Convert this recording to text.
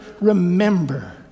remember